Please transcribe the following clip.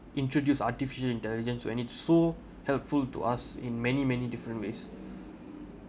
introduce artificial intelligence when it's so helpful to us in many many different ways